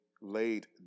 laid